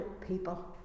people